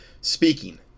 speaking